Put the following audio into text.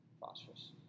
phosphorus